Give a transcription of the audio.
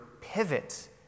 pivot